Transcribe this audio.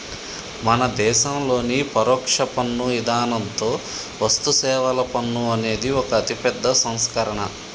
మన దేసంలోని పరొక్ష పన్ను ఇధానంతో వస్తుసేవల పన్ను అనేది ఒక అతిపెద్ద సంస్కరణ